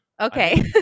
Okay